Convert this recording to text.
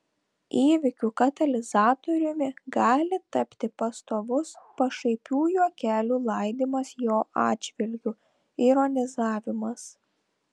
įvykių katalizatoriumi gali tapti pastovus pašaipių juokelių laidymas jo atžvilgiu ironizavimas